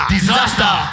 Disaster